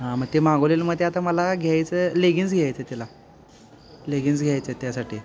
हां मग ते मागवलेलं मग ते आता मला घ्यायचं लेगिन्स घ्यायचं आहे तिला लेगिन्स घ्यायचं आहे त्यासाठी